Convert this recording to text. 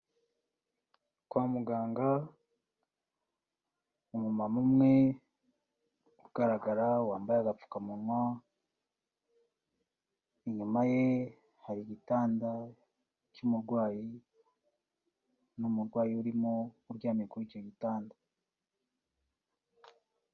Kwa muganga umumama umwe ugaragara wambaye agapfukamunwa, inyuma ye hari igitanda cy'umurwayi n'umurwayi urimo uryamye kuri icyo gitanda.